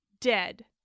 Dead